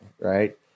right